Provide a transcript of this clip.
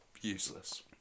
useless